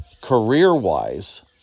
career-wise